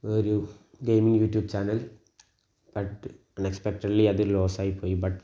ഒരു gaming YouTube channel but unexpectedly അത് loss ആയിപ്പോയി ബട്ട്